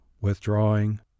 withdrawing